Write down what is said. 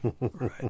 Right